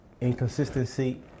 inconsistency